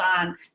on